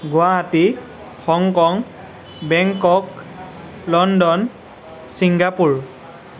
Guwahati Hong Kong Bangkok London Singapore